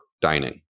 dining